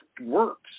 works